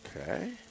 Okay